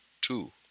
two